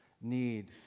need